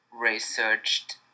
researched